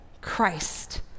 Christ